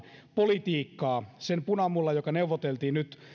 politiikkaa sen punamullan joka neuvoteltiin nyt